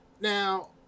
now